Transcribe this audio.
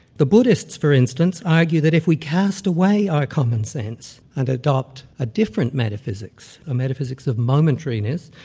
the buddhists, for instance, argue that if we cast away our commonsense and adopt a different metaphysics, a metaphysics of momentariness,